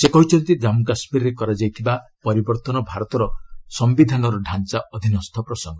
ସେ କହିଛନ୍ତି କମ୍ମୁ କାଶ୍କୀରରେ କରାଯାଇଥିବା ପରିବର୍ତ୍ତନ ଭାରତର ସମ୍ଭିଧାନର ଢାଞ୍ଚା ଅଧୀନସ୍ଥ ପ୍ରସଙ୍ଗ